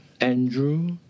Andrew